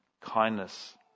kindness